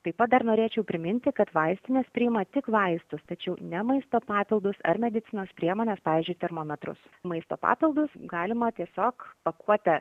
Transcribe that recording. taip pat dar norėčiau priminti kad vaistinės priima tik vaistus tačiau ne maisto papildus ar medicinos priemones pavyzdžiui termometrus maisto papildus galima tiesiog pakuotę